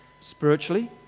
Spiritually